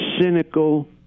cynical